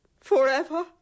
forever